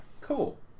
Cool